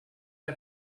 ray